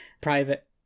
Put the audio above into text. private